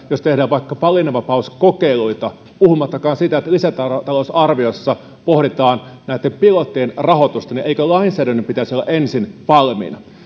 jos tehdään vaikka valinnanvapauskokeiluita puhumattakaan siitä että lisätalousarviossa pohditaan näitten pilottien rahoitusta eikö hyvään lainsäädäntöön kuulu se että lainsäädännön pitäisi olla ensin valmiina